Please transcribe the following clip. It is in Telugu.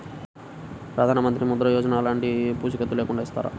ప్రధానమంత్రి ముద్ర యోజన ఎలాంటి పూసికత్తు లేకుండా ఇస్తారా?